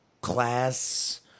Class